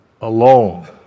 alone